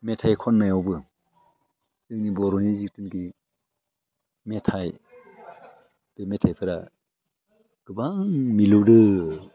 मेथाइ खन्नायावबो जोंनि बर'नि जिथुनाखि मेथाइ बे मेथाइफ्रा गोबां मिलौदो